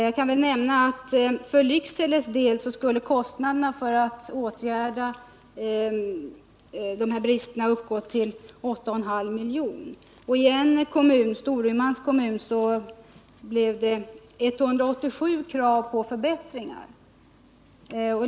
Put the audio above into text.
Jag kan nämna att för Lyckseles del skulle kostnaderna för att åtgärda dessa brister uppgå till 8,5 miljoner, och i Storumans kommun kom det 187 krav på förbättringar.